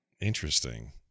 Interesting